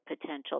potential